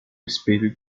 espelho